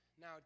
Now